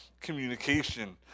Communication